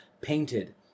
Painted